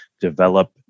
develop